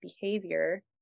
behavior